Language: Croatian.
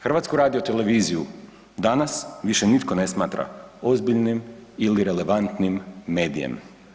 HRT danas više nitko ne smatra ozbiljnim ili relevantnim medijem.